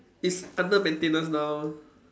is under maintenance now